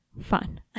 fun